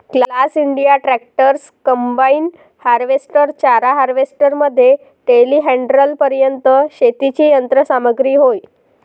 class India tractors, combine harvester, चारा harvester मध्ये टेलीहँडलरपर्यंत शेतीची यंत्र सामग्री होय